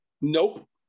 Nope